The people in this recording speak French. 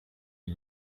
les